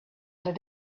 other